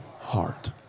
heart